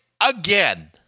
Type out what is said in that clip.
again